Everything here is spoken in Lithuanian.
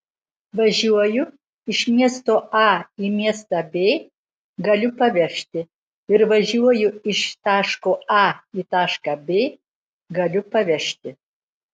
važiuoju iš miesto a į miestą b galiu pavežti ir važiuoju iš taško a į tašką b galiu pavežti